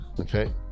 Okay